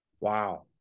Wow